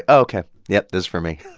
ok. yep. this for me,